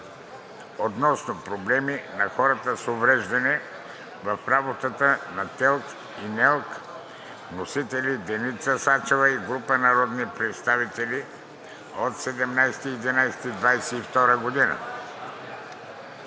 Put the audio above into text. относно проблеми на хората с увреждания в работата на ТЕЛК и НЕЛК. Вносители са Деница Сачева и група народни представители на 17 ноември